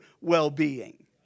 well-being